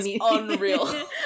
unreal